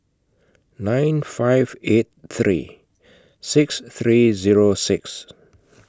nine five eight three six three Zero six